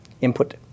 input